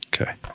Okay